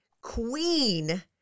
Queen